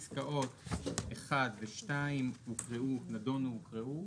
בעצם פסקאות אחת ושתיים נדונו והוקראו,